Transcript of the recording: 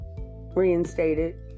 reinstated